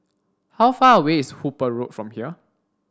how far away is Hooper Road from here